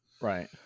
Right